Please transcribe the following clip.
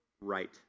right